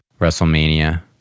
Wrestlemania